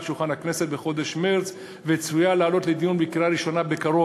שולחן הכנסת בחודש מרס וצפויה לעלות לדיון בקריאה ראשונה בקרוב.